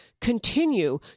continue